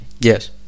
Yes